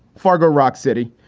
fargo. rock city.